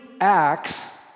acts